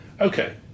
Okay